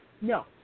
No